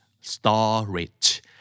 storage